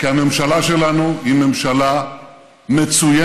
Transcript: כי הממשלה שלנו היא ממשלה מצוינת.